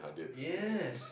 yes